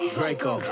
Draco